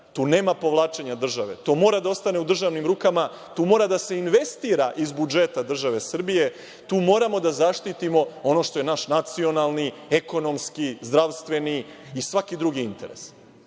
Tu nema povlačenja države. To mora da ostane u državnim rukama. Tu mora da se investira iz budžeta države Srbije. Tu moramo da zaštitimo ono što je naš nacionalni, ekonomski, zdravstveni i svaki drugi interes